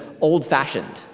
old-fashioned